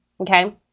Okay